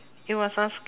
it was ask~